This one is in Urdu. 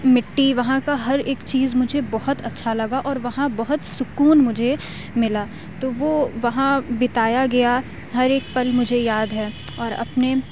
مٹی وہاں کا ہر ایک چیز مجھے بہت اچھا لگا اور وہاں بہت سکون مجھے ملا تو وہ وہاں بتایا گیا ہر ایک پل مجھے یاد ہے اور اپنے